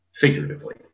figuratively